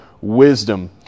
wisdom